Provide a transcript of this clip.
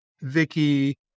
Vicky